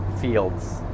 fields